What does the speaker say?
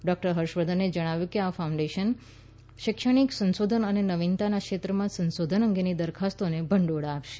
doctor Harsh વર્ધને જણાવ્યું કે આ ફાઉન્ડેશન શૈક્ષણિક સંશોધન અને નવીનતાના ક્ષેત્રમાં સંશોધન અંગેની દરખાસ્તોને ભંડોળ આપશે